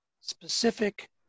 specific